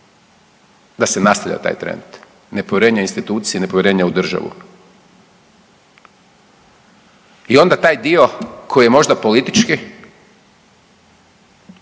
da se nastavlja taj trend nepovjerenja u institucije, nepovjerenja u državu. I onda taj dio koji je možda politički